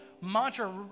mantra